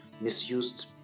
misused